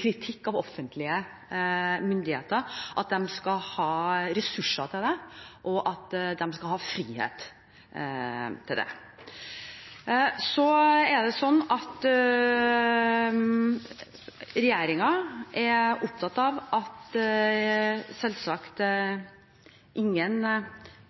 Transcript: kritikk av offentlige myndigheter, at de skal ha ressurser til det, og at de skal ha frihet til det. Regjeringen er selvsagt opptatt av at ingen nyhetsmedier skal boikottes på noen måte. Jeg opplever at